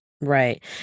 right